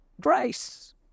Grace